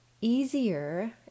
easier